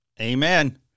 Amen